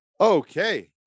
Okay